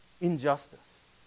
injustice